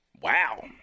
Wow